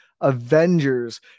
Avengers